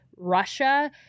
Russia